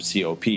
COP